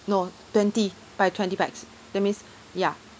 no twenty by twenty pax that means ya